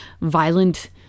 violent